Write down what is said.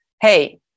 Hey